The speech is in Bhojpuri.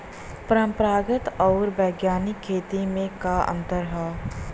परंपरागत आऊर वैज्ञानिक खेती में का अंतर ह?